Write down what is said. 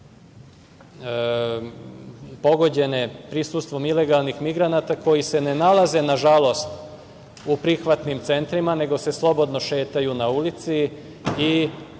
pogođena prisustvom ilegalnih migranata koji se ne nalaze, na žalost, u prihvatnim centrima, nego se slobodno šetaju na ulici i